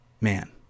Man